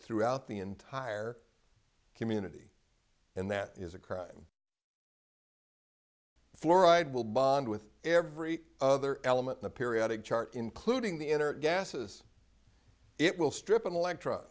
throughout the entire community and that is a crime fluoride will bond with every other element the periodic chart including the inner gases it will strip an electron